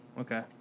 Okay